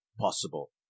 possible